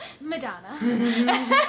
Madonna